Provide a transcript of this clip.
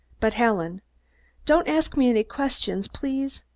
but, helen don't ask me any questions, please.